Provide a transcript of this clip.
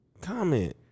comment